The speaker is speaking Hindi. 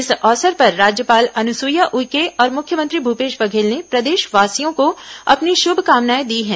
इस अवसर पर राज्यपाल अनुसुईया उइके और मुख्यमंत्री भूपेश बघेल ने प्रदेशवासियों को अपनी शुभकामनाएं दी हैं